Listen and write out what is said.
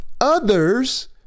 others